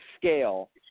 scale